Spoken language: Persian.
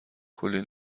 کلی